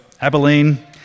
Abilene